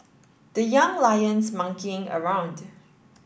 the Young Lions monkeying around